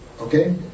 Okay